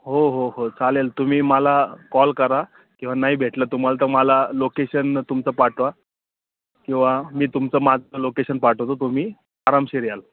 हो हो हो चालेल तुम्ही मला कॉल करा किंवा नाही भेटलं तुम्हाला तर मला लोकेशन तुमचं पाठवा किंवा मी तुमचं माझं लोकेशन पाठवतो तुम्ही आरामशीर याल